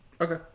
Okay